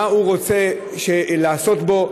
מה הוא רוצה לעשות בו,